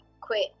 quit